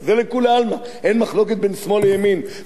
אין מחלוקת בין שמאל לימין, חבר הכנסת בן-סימון.